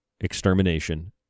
extermination